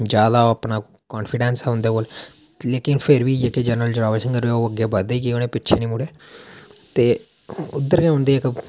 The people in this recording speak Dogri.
जादा ओह् अपना कंफीडेंस हा उं'दे कोल लेकिन फिर बी जेह्ड़े जनरल जोरावर सिंह होर ओह् अग्गें बधदे गै ओह् पिच्छें निं मुड़े ते उद्धर गै उं'दे इक